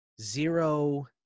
zero